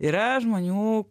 yra žmonių